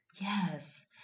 Yes